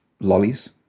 lollies